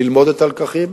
ללמוד את הלקחים,